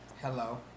Hello